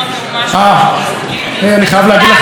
אני חייב לומר שזה לא היה הפסד גדול,